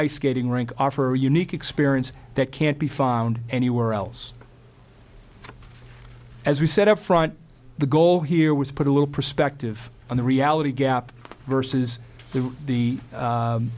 ice skating rink offer a unique experience that can't be found anywhere else as we said up front the goal here was to put a little perspective on the reality gap versus the